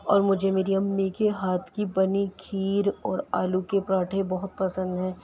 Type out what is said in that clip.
اور مجھے میری امّی کے ہاتھ کی بنی کھیر اور آلو کے پراٹھی بہت پسند ہیں